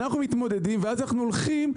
אנחנו מתמודדים ואז אנחנו הולכים,